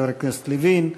חבר הכנסת לוין,